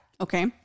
Okay